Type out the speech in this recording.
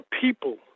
people